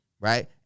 Right